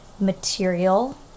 material